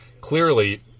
clearly